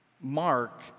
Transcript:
Mark